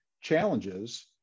challenges